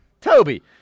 Toby